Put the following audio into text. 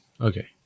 okay